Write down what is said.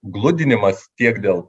gludinimas tiek dėl